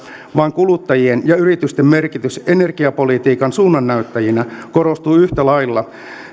vaan kuluttajien ja yritysten merkitys energiapolitiikan suunnannäyttäjinä korostuu yhtä lailla